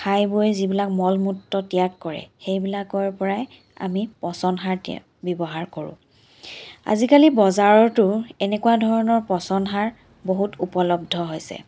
খাই বৈ যিবিলাক মল মূত্ৰ ত্যগ কৰে সেইবিলাকৰ পৰাই আমি পচন সাৰ ত্য ব্যৱহাৰ কৰোঁ আজিকালি বজাৰতো এনেকুৱা ধৰণৰ পচন সাৰ বহুত উপলব্ধ হৈছে